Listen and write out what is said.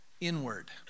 inward